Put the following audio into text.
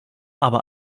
aber